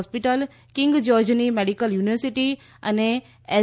hospital king જ્યોર્જની medical university અને S